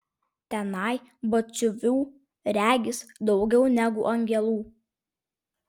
tenai batsiuvių regis daugiau negu angelų